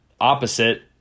opposite